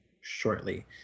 shortly